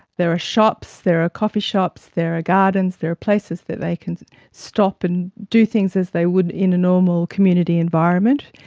there are shops, there are coffee shops, there are gardens, there are places that they can stop and do things as they would in a normal community environment.